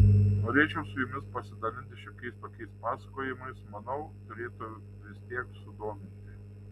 norėčiau su jumis pasidalinti šiokiais tokiais pasakojimais manau turėtų vis tiek sudominti